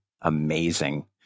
amazing